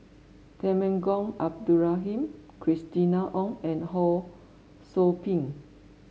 Temenggong Abdul Rahman Christina Ong and Ho Sou Ping